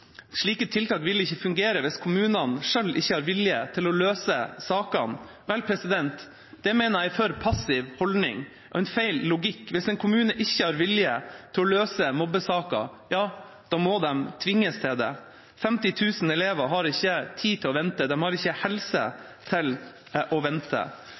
det er en for passiv holdning og en feil logikk. Hvis en kommune ikke har vilje til å løse mobbesaker, må de tvinges til det. 50 000 elever har ikke tid til å vente. De har ikke helse til å vente.